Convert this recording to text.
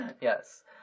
yes